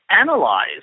analyze